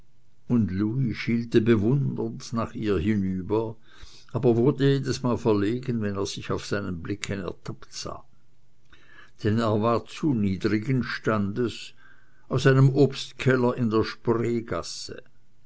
und louis schielte bewundernd nach ihr hinüber aber wurde jedesmal verlegen wenn er sich auf seinen blicken ertappt sah denn er war zu niedrigen standes aus einem obstkeller in der